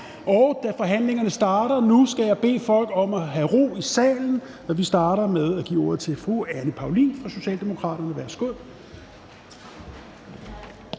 Da forhandlingerne starter nu, skal jeg bede om at få ro i salen. Vi starter med at give ordet til fru Anne Paulin fra Socialdemokraterne. Værsgo.